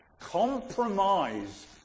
compromise